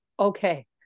Okay